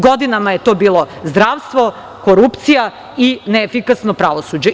Godinama je to bilo zdravstvo, korupcija i neefikasno pravosuđe.